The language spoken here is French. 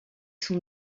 sont